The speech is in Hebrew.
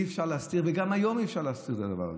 אי-אפשר להסתיר את זה וגם היום אי-אפשר להסתיר את הדבר הזה.